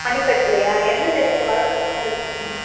மணிக்கட்டுலையா எந்த சைடு உங்கள் வலது பக்கமாக இடது பக்கமாக